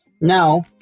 Now